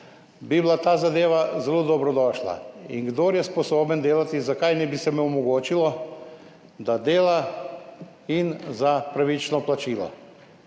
bi bila ta zadeva zelo dobrodošla. In kdor je sposoben delati, zakaj se mu ne bi omogočilo, da dela, in za pravično plačilo.